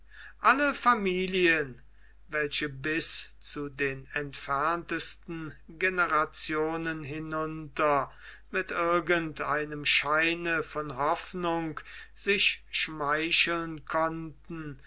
alle familien welche bis zu den entferntesten generationen hinunter mit irgend einem scheine von hoffnung sich schmeicheln konnten